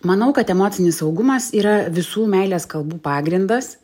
manau kad emocinis saugumas yra visų meilės kalbų pagrindas